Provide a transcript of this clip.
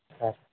sir